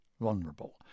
vulnerable